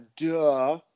duh